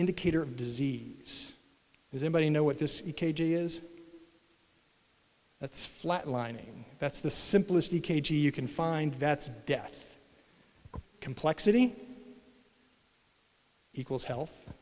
indicator of disease is anybody know what this e k g is that's flat lining that's the simplest e k g you can find that's death complexity equals health